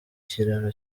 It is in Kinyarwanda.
kiraro